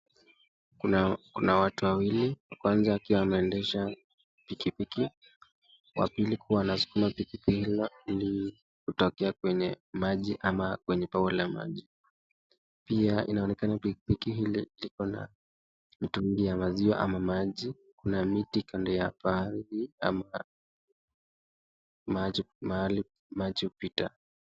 Kuna watu wawili, moja akiwa anaendesha pikipiki na mwengine akiwa anasukuma pikipiki ili kutoka kwenye maji au kwenye bawa la maji pia inaonekana pikipiki hili iko na mtungi ya maziwa ama maji na miti kando ya pahali maji hupita.